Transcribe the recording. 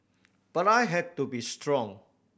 but I had to be strong